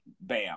bam